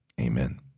amen